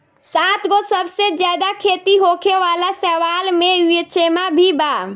सातगो सबसे ज्यादा खेती होखे वाला शैवाल में युचेमा भी बा